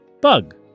bug